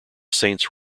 saints